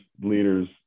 leaders